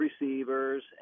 receivers